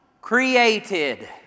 created